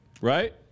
Right